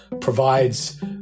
provides